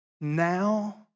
now